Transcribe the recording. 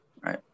right